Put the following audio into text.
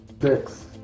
six